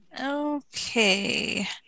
Okay